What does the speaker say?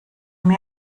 mir